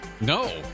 No